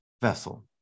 vessel